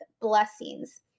blessings